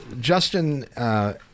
Justin